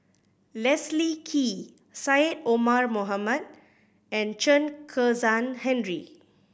Leslie Kee Syed Omar Mohamed and Chen Kezhan Henri